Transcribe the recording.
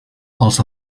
els